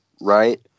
Right